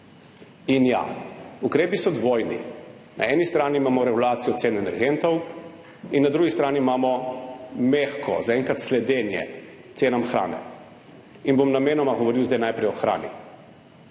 In ja, ukrepi so dvojni. Na eni strani imamo regulacijo cen energentov in na drugi strani imamo zaenkrat mehko sledenje cenam hrane. In bom namenoma zdaj govoril najprej o hrani.